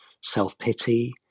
self-pity